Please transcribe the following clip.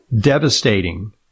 devastating